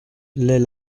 lès